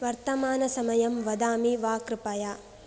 वर्तमानसमयं वदामि वा कृपया